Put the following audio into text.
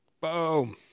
Boom